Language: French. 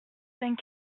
vingt